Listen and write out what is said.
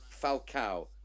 Falcao